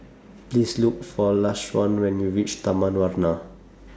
Please Look For Lashawn when YOU REACH Taman Warna